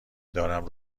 دارم